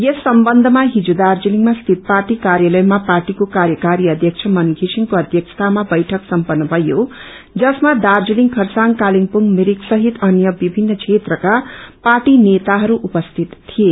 यस सम्बन्धमा हिज दार्जीलिङमा स्थित पार्टी कार्यालयमा पार्टीको कार्यकारी अध्यक्ष मन विसिङको अध्यक्षतामा बैठक सम्पत्र भयो जसमा दार्जीलिङ खरसाङ कालेबुङ मिरिक सहित अन्य विभिन्न क्षेत्रका पार्टी नेता उपस्थित थिए